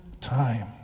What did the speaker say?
time